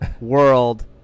world